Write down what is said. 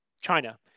China